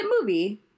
movie